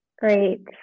Great